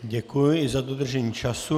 Děkuji i za dodržení času.